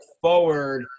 forward